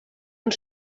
und